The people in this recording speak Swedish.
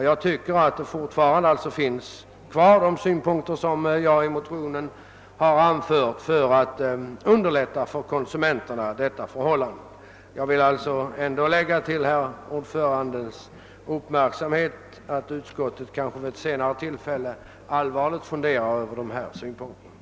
Jag tycker fortfarande att det finns fog för de synpunkter som jag har anfört i motionen, och jag vill göra herr ordföranden i tredje lagutskottet uppmärksam på att utskottet kanske vid ett senare tillfälle bör allvarligt fundera på de här synpunkterna.